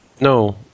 No